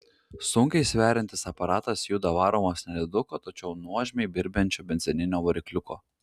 sunkiai sveriantis aparatas juda varomas nediduko tačiau nuožmiai birbiančio benzininio varikliuko